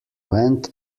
went